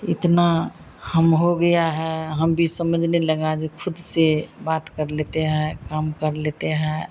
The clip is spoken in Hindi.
इतना हम हो गया है हम भी समझने लगे जो खुद से बात कर लेते हैं काम कर लेते हैं